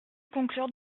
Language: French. conclure